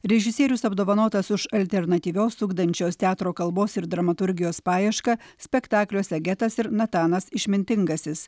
režisierius apdovanotas už alternatyvios ugdančios teatro kalbos ir dramaturgijos paiešką spektakliuose getas ir natanas išmintingasis